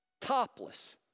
topless